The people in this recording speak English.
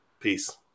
Peace